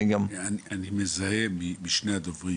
אני מזהה משני הדוברים